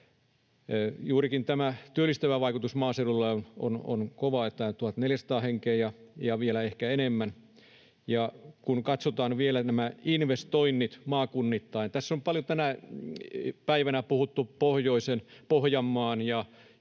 Juurikin tämä työllistävä vaikutus maaseudulla on kova, 1 400 henkeä ja vielä ehkä enemmän. Ja kun katsotaan vielä nämä investoinnit maakunnittain, tässä on paljon tänä päivänä puhuttu pohjoisen